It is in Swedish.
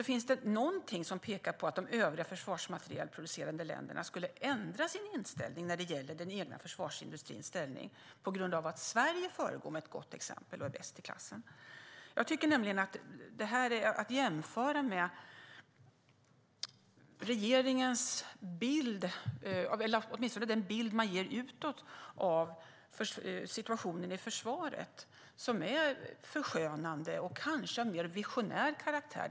Finns det någonting som pekar på att de övriga försvarsmaterielproducerande länderna skulle ändra sin inställning när det gäller den egna försvarsindustrins ställning på grund av att Sverige föregår med gott exempel och är bäst i klassen? Det här är att jämföra med regeringens bild - åtminstone den bild man ger utåt - av situationen i försvaret. Den är förskönande och kanske av mer visionär karaktär.